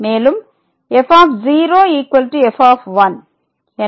மேலும் f f